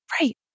Right